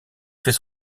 fait